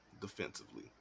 defensively